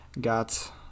Got